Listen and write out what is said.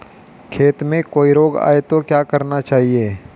खेत में कोई रोग आये तो क्या करना चाहिए?